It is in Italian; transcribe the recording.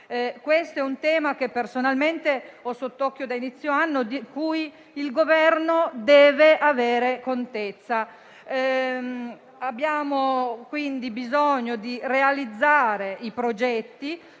Questo è un tema che personalmente tengo sotto osservazione da inizio anno, di cui il Governo deve avere contezza. Abbiamo quindi bisogno di realizzare i progetti,